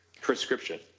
prescription